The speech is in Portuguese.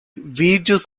vídeos